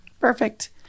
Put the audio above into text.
Perfect